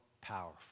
powerful